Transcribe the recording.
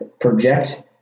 project